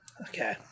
Okay